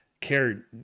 care